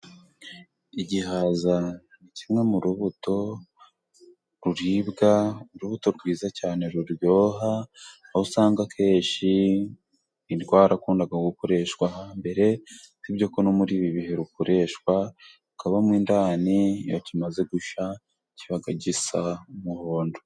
Igihaza kimwe mu rubuto ruribwa, urubuto rwiza cyane ruryoha, aho usanga akenshi rwarakundaga gukoreshwa hambere, usibye ko no muri ibi bihe rukoreshwa. Kikaba mo indani iyo kimaze gushya kiba gisa umuhondo.